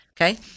Okay